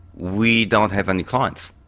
we don't have any clients.